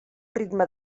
ritme